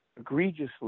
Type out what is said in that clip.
egregiously